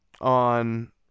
On